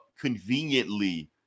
conveniently